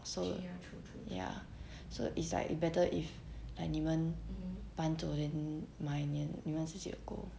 so ya so it's like better if like 你们搬走 then 买你们自己的狗